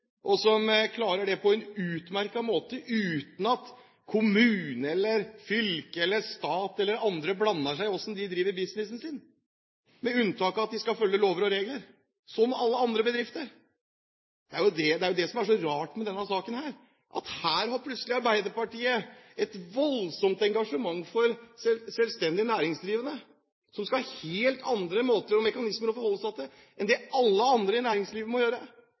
og som klarer det på en utmerket måte uten at kommune, fylke eller stat eller andre blander seg inn i hvordan de driver sin business, med unntak av at de skal følge lover og regler som alle andre bedrifter. Det som er så rart med denne saken, er jo at her har plutselig Arbeiderpartiet et voldsomt engasjement for selvstendig næringsdrivende, som skal ha helt andre måter og mekanismer å forholde seg til enn det alle andre i næringslivet må gjøre.